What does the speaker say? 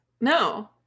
No